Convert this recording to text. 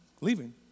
Leaving